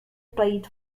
played